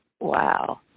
wow